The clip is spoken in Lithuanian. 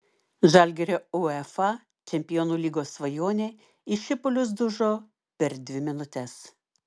žalgirio uefa čempionų lygos svajonė į šipulius dužo per dvi minutes